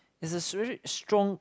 there's a really strong